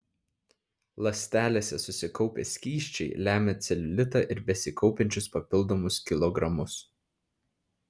ląstelėse susikaupę skysčiai lemia celiulitą ir besikaupiančius papildomus kilogramus